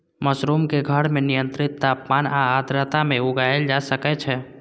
mushroom कें घर मे नियंत्रित तापमान आ आर्द्रता मे उगाएल जा सकै छै